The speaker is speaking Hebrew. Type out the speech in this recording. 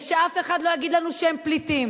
ושאף אחד לא יגיד לנו שהם פליטים.